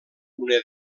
una